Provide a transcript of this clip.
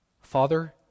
Father